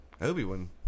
Obi-Wan